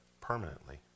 permanently